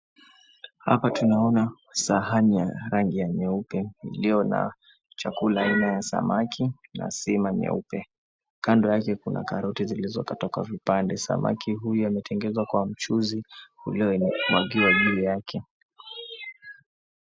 Hapa tunaona sahani ya rangi ya nyeupe iliyo na chakula aina ya samaki na simu nyeupe. Kando yake kuna karoti zilizokatwa kwa vipande. Samaki huyu ametengezwa kwa mchuzi uliomwagiwa juu yake.